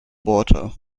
water